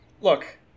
look